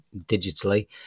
digitally